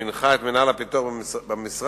שהוא הנחה את מינהל הפיתוח במשרד